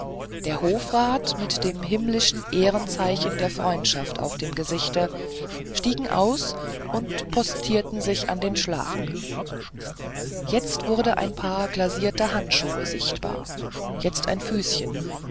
der hofrat mit dem himmlischen ehrenzeichen der freundschaft auf dem gesichte stiegen aus und postierten sich an den schlag jetzt wurden ein paar glacierte handschuhe sichtbar jetzt ein füßchen